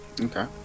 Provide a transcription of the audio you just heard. okay